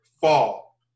Fall